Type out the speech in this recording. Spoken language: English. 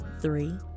Three